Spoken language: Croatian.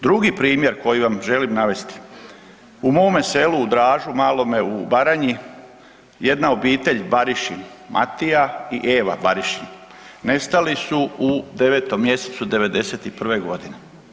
Drugi promjer koji vam želim navesti, u mome selu u Dražu, malome u Baranji, jedna obitelj, Barišin, Matija i Eva Barišin, nestali su 9. mj. '91. godine.